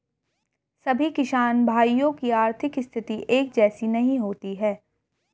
सभी किसान भाइयों की आर्थिक स्थिति एक जैसी नहीं होती है